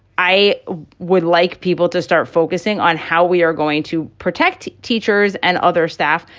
i would like people to start focusing on how we are going to protect teachers and other staff,